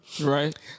Right